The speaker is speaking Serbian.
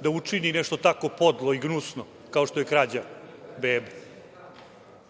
da učini nešto tako podlo i gnusno, kao što je krađa